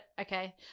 okay